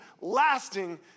lasting